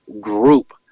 group